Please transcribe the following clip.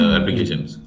applications